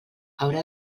haurà